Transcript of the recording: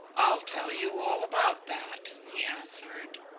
i'll tell you all about that he answered.